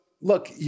look